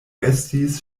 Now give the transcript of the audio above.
estis